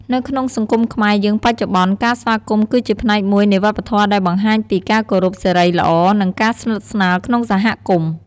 នៅក្នុងសង្គមខ្មែរយើងបច្ចុប្បន្នការស្វាគមន៍គឺជាផ្នែកមួយនៃវប្បធម៌ដែលបង្ហាញពីការគោរព សិរីល្អ និងការស្និទ្ធស្នាលក្នុងសហគមន៍។